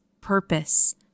purpose